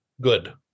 good